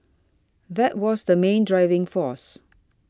that was the main driving force